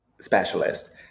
specialist